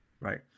Right